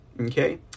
Okay